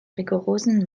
rigorosen